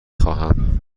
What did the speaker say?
خواهم